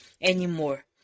anymore